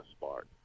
spark